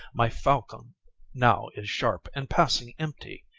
my falcon now is sharp and passing empty.